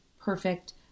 perfect